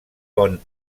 pont